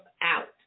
out